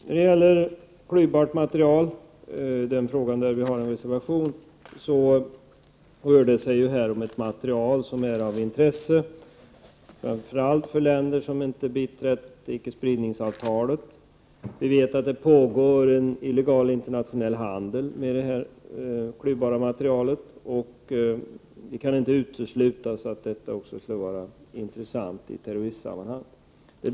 När det gäller frågan om klyvbart material, där vi har en reservation, rör det sig om ett material som är av intresse framför allt för länder som inte har biträtt icke-spridningsavtalet. Vi vet att det pågår en illegal internationell handel med det klyvbara materialet, och det kan inte uteslutas att detta kan vara av intresse i terroristsammanhang.